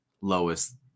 lowest